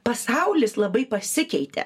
pasaulis labai pasikeitė